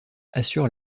assure